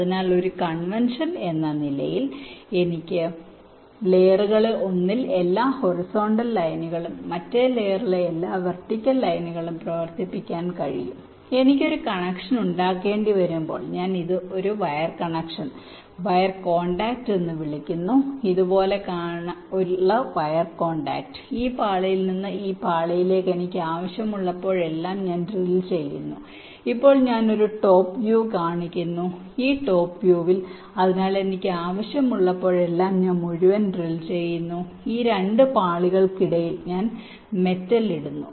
അതിനാൽ ഒരു കൺവെൻഷൻ എന്ന നിലയിൽ എനിക്ക് ലെയറുകളിൽ ഒന്നിൽ എല്ലാ ഹൊറിസോണ്ടൽ ലൈനുകളും മറ്റേ ലെയറിലെ എല്ലാ വെർട്ടിക്കൽ ലൈനുകളും പ്രവർത്തിപ്പിക്കാൻ കഴിയും എനിക്ക് ഒരു കണക്ഷൻ ഉണ്ടാക്കേണ്ടിവരുമ്പോൾ ഞാൻ ഒരു വയർ കണക്ഷൻ വയർ കോൺടാക്റ്റ് എന്ന് വിളിക്കുന്നു ഇതുപോലെ കാണാൻ വയർ കോൺടാക്റ്റ് ഈ പാളിയിൽ നിന്ന് ഈ പാളിയിലേക്ക് എനിക്ക് ആവശ്യമുള്ളപ്പോഴെല്ലാം ഞാൻ ഡ്രിൽ ചെയ്യുന്നു ഇപ്പോൾ ഞാൻ ഒരു ടോപ് വ്യൂ കാണിക്കുന്നു ഒരു ടോപ് വ്യൂ ൽ അതിനാൽ എനിക്ക് ആവശ്യമുള്ളപ്പോഴെല്ലാം ഞാൻ മുഴുവൻ ഡ്രിൽ ചെയ്യുന്നു ഈ 2 പാളികൾക്കിടയിൽ ഞാൻ മെറ്റൽ ഇടുന്നു